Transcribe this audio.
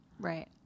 Right